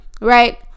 right